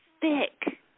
thick